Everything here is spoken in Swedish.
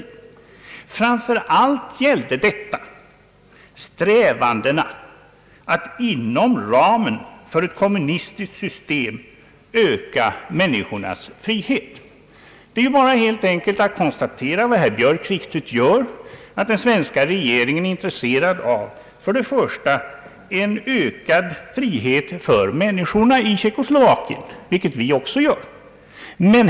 Framför allt gällde detta strävandena att inom ramen för ett kommunistiskt system öka människornas frihet.» Det är bara att konstatera vad herr Björk helt riktigt gör, nämligen att den svenska regeringen är intresserad av en ökad frihet för människorna i Tjeckoslovakien, vilket vi också är.